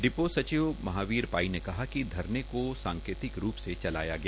depot सचिव महावीर पाई ने कहा कि धरने को सांकेतिक रूप से चलाया गया